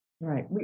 Right